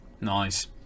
Nice